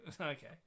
okay